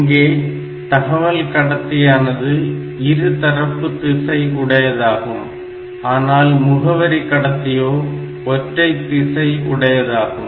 இங்கே தகவல் கடத்தியானது இருதரப்பு திசை உடையதாகும் ஆனால் முகவரி கிடத்தியோ ஒற்றை திசை உடையதாகும்